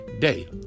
day